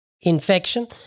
infection